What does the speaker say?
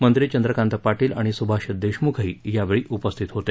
मंत्री चंद्रकांत पाटील आणि सुभाष देशमुखही यावेळी उपस्थित होते